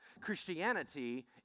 Christianity